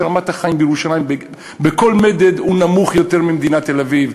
מספיק שרמת החיים בירושלים נמוכה בכל מדד ממדינת תל-אביב,